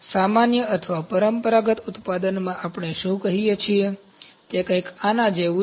સામાન્ય અથવા પરંપરાગત ઉત્પાદનમાં આપણે શું કહીએ છીએ તે કંઈક આના જેવું છે